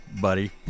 buddy